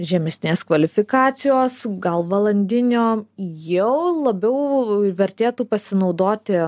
žemesnės kvalifikacijos gal valandinio jau labiau vertėtų pasinaudoti